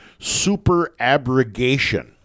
superabrogation